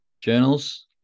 journals